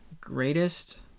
greatest